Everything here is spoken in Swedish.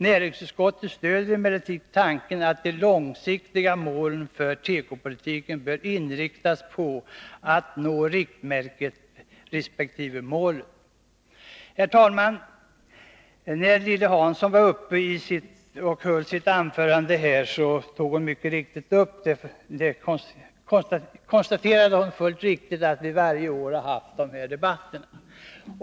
Näringsutskottet stödjer emellertid tanken att de långsiktiga målen för tekopolitiken bör inriktas på att nå riktmärket resp. målet. Herr talman! När Lilly Hansson höll sitt anförande konstaterade hon fullt riktigt att vi varje år haft dessa debatter.